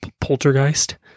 poltergeist